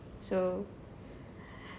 so